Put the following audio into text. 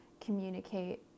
communicate